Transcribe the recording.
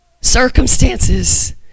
circumstances